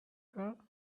her